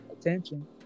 attention